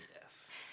Yes